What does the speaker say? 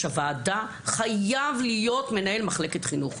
הוועדה חייב להיות מנהל מחלקת החינוך.